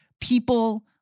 people